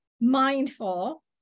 mindful